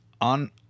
on